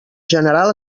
general